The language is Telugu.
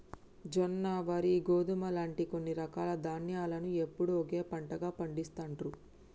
జొన్న, వరి, గోధుమ లాంటి కొన్ని రకాల ధాన్యాలను ఎప్పుడూ ఒకే పంటగా పండిస్తాండ్రు